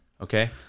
okay